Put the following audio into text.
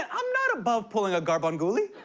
i'm not above pulling a gurbanguly.